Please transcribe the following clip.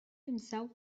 himself